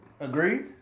Agreed